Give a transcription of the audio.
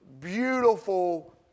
beautiful